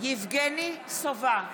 יבגני סובה,